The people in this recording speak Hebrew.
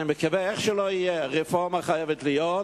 אני מקווה, איך שלא יהיה, רפורמה צריכה להיות,